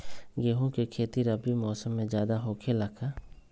गेंहू के खेती रबी मौसम में ज्यादा होखेला का?